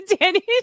Danny